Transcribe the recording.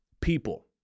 people